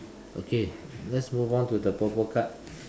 okay let's move on to the purple card